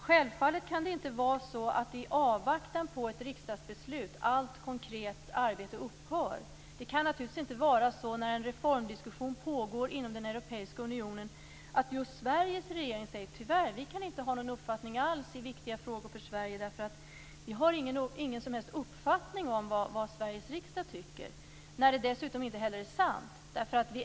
Självfallet kan inte allt konkret arbete upphöra i avvaktan på ett konkret riksdagsbeslut. Under pågående reformdiskussion inom Europeiska unionen kan inte just Sveriges regering säga att man tyvärr inte kan ha en uppfattning i viktiga frågor för Sverige därför att man inte har någon uppfattning om vad Sveriges riksdag tycker. Det är dessutom inte heller sant.